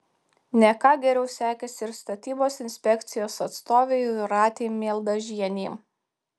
ne ką geriau sekėsi ir statybos inspekcijos atstovei jūratei mieldažienei